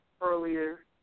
earlier